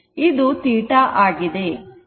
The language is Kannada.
ಇದು θ ಆಗಿದೆ